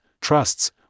trusts